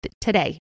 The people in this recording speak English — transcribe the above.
today